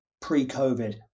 pre-COVID